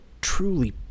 truly